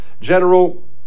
general